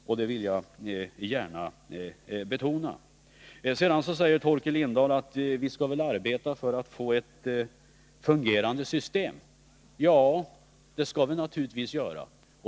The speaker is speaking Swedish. Jag vill gärna betona detta. Sedan sade Torkel Lindahl att vi väl skall arbeta för att få ett fungerande system. Ja, det skall vi naturligtvis göra.